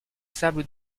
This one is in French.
sables